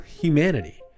humanity